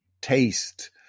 taste